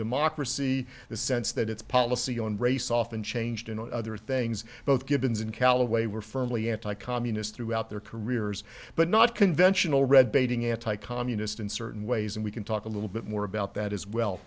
democracy the sense that its policy on race often changed and other things both givens and callaway were firmly anti communist throughout their careers but not conventional red baiting anti communist in certain ways and we can talk a little bit more about that as well